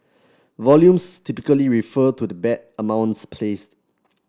volumes typically refer to the bet amounts placed